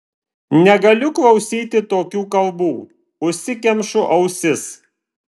negaliu klausyti tokių kalbų užsikemšu ausis